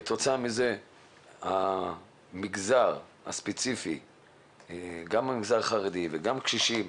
גם המגזר החרדי וגם הקשישים